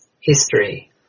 History